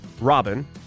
Robin